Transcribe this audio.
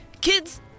Kids